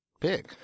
big